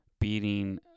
beating